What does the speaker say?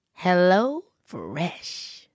HelloFresh